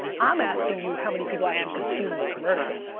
i'm asking you how many people actually consumed the commercial.